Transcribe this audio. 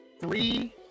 three